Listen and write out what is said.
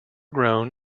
grown